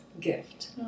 gift